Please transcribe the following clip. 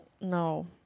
No